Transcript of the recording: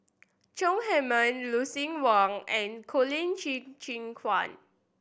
Chong Heman Lucien Wang and Colin Qi Zhe Quan